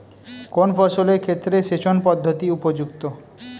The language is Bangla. কোন ফসলের ক্ষেত্রে সেচন পদ্ধতি উপযুক্ত?